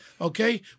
okay